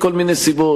מכל מיני סיבות,